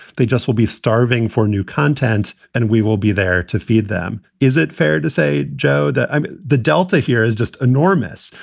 they just will be starving for new content and we will be there to feed them. is it fair to say, joe, that the delta here is just enormous?